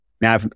Now